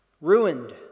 ruined